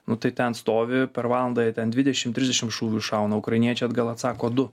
nu tai ten stovi per valandą jie ten dvidešim trisdešim šūvių iššauna ukrainiečiai atgal atsako du